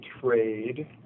trade